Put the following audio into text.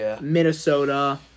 Minnesota